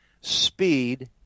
Speed